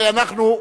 הרי אנחנו עכשיו